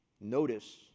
Notice